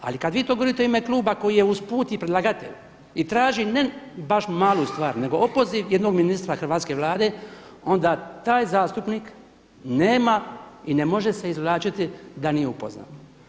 Ali kada vi to govorite u ime Kluba koji je usput i predlagatelj i traži ne baš malu stvar, nego opoziv jednog ministra hrvatske Vlade, onda taj zastupnik nema i ne može se izvlačiti da nije upoznat.